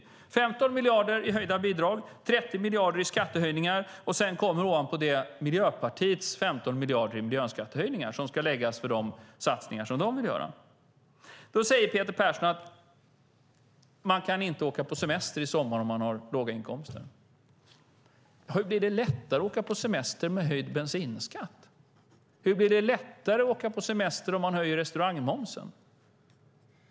Det handlar om 15 miljarder i höjda bidrag och 30 miljarder i skattehöjningar, och ovanpå det kommer Miljöpartiets 15 miljarder i miljöskattehöjningar. Peter Persson säger att man inte kan åka på semester i sommar om man har låga inkomster. Blir det lättare att åka på semester med höjd bensinskatt? Blir det lättare att åka på semester om man höjer restaurangmomsen?